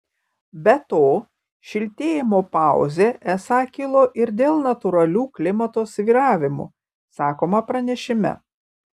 be to šiltėjimo pauzė esą kilo ir dėl natūralių klimato svyravimų sakoma pranešime